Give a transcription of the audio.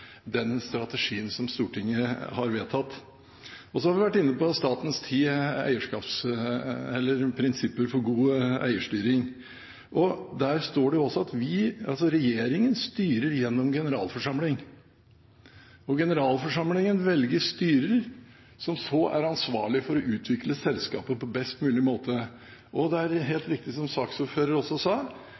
den strategien som Stortinget har vedtatt. Så har vi vært inne på statens ti prinsipper for god eierstyring. Der står det også at regjeringen styrer gjennom generalforsamling, og at generalforsamlingen velger styrer, som så er ansvarlige for å utvikle selskapet på best mulig måte. Og det er helt riktig, som saksordføreren også sa,